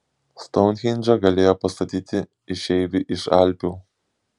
stounhendžą galėjo pastatyti išeiviai iš alpių